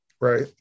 Right